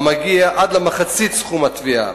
המגיע עד למחצית סכום התביעה,